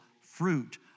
fruit